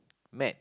Maths